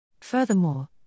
Furthermore